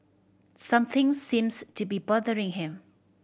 something seems to be bothering him